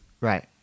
Right